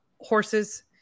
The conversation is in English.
horses